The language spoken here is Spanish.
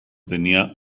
tenía